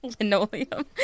Linoleum